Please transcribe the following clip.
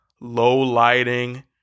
low-lighting